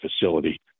facility